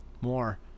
more